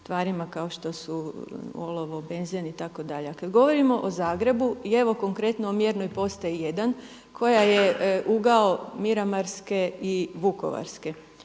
tvarima kao što su olovo, benzin itd.. A kada govorimo o Zagrebu i evo konkretno o mjernoj postaji 1 koja je ugao Miramarske i Vukovarske.